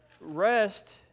rest